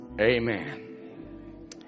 Amen